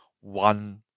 one